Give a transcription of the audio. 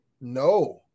No